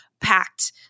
packed